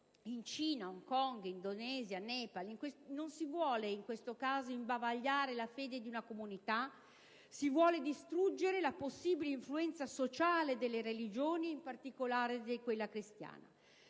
in Cina, a Hong Kong, in Indonesia, in Nepal. Non si vuole in questo caso imbavagliare la fede di una comunità: si vuole distruggere la possibile influenza sociale delle religioni, in particolare di quella cristiana.